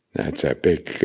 that's a big